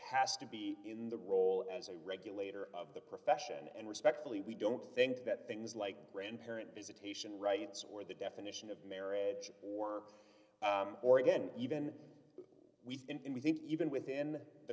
has to be in the role as a regulator of the profession and respectfully we don't think that things like grandparent visitation rights or the definition of marriage or or again even we in we think even within the